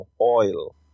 oil